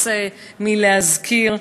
הס מלהזכיר.